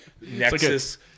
nexus